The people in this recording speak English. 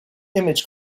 image